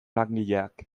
langileak